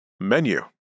Menu